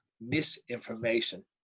misinformation